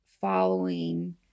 following